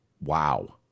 Wow